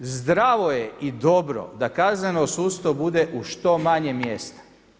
Zdravo je i dobro da kazneno sudstvo bude u što manje mjesta.